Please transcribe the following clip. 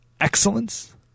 excellence